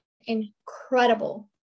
incredible